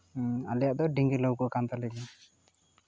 ᱟᱞᱮᱭᱟᱜ ᱫᱚ ᱰᱤᱝᱜᱤ ᱞᱟᱹᱣᱠᱟᱹ ᱠᱟᱱ ᱛᱟᱞᱮ ᱜᱮᱭᱟ